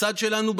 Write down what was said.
בצד שלנו,